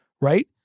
right